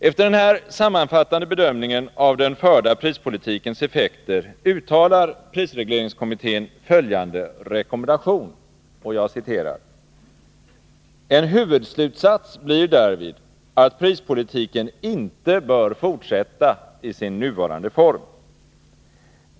Efter denna sammanfattande bedömning av den förda prispolitikens effekter uttalar prisregleringskommittén följande rekommendation: ”En huvudslutsats blir därvid att prispolitiken inte bör fortsätta i sin nuvarande form.